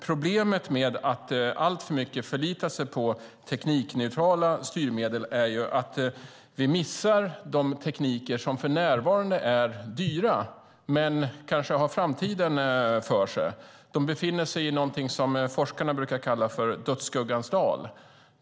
Problemet med att alltför mycket förlita sig på teknikneutrala styrmedel är att vi missar de tekniker som för närvarande är dyra men kanske har framtiden för sig. De befinner sig i någonting som forskarna brukar kalla för dödsskuggans dal.